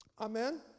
Amen